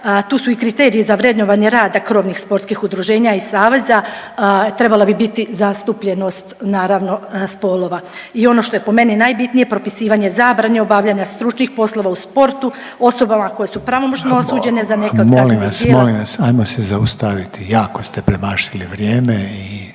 Tu su i kriteriji za vrednovanje rada krovnih sportskih udruženja i saveza, trebala bi biti zastupljenost naravno spolova. I ono što je po meni najbitnije, propisivanje zabrane obavljanja stručnih poslova u sportu osobama koje su pravomoćno osuđene za neka od kaznenih djela… **Reiner, Željko (HDZ)** Molim vas, molim vas, ajmo se zaustaviti, jako ste premašili vrijeme i